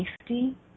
safety